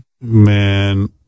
man